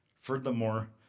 Furthermore